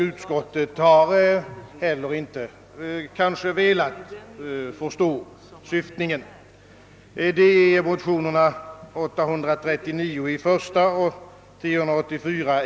Det kan också vara på det sättet att utskottet inte velat förstå syftet.